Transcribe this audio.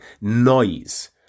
noise